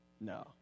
no